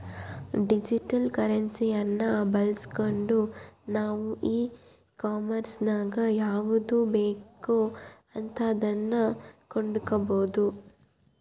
digital ಕರೆನ್ಸಿಯನ್ನ ಬಳಸ್ಗಂಡು ನಾವು ಈ ಕಾಂಮೆರ್ಸಿನಗ ಯಾವುದು ಬೇಕೋ ಅಂತದನ್ನ ಕೊಂಡಕಬೊದು